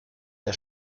der